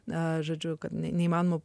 na žodžiu neįmanoma